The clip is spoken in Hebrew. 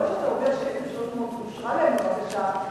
אף שאתה אומר שאושרה להם הבקשה,